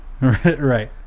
Right